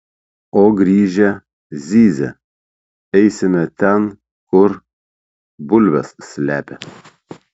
o grįžę zyzia eisime ten kur bulves slepia